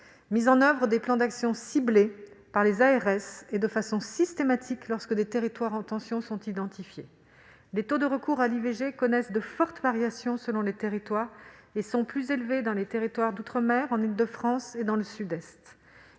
ciblés par les agences régionales de santé, les ARS, et ce de façon systématique lorsque des territoires en tension sont identifiés. Les taux de recours à l'IVG connaissent de fortes variations selon les territoires. Ils sont plus élevés dans les territoires d'outre-mer, en Île-de-France et dans le Sud-Est.